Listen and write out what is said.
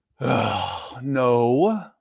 no